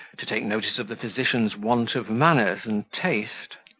to take notice of the physician's want of manners and taste.